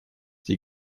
die